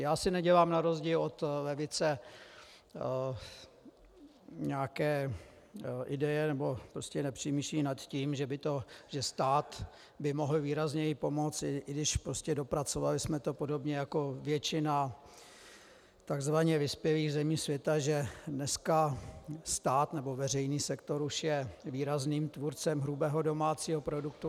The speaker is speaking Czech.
Já si nedělám na rozdíl od levice nějaké ideje nebo prostě nepřemýšlím nad tím, že by to, že stát by mohl výrazněji pomoci, i když prostě dopracovali jsme to podobně jako většina takzvaně vyspělých zemí světa, že dneska stát nebo veřejný sektor už je výrazným tvůrcem hrubého domácího produktu.